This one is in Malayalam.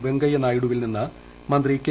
വെങ്കയ്യ നായിഡുവിൽ നിന്ന് മന്ത്രി കെ